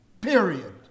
Period